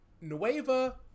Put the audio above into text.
Nueva